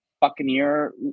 Buccaneer